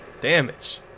damage